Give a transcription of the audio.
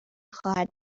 خواهد